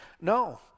No